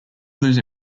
lose